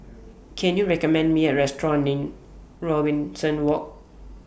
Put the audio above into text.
Can YOU recommend Me A Restaurant near Robinson Walk